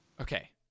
Okay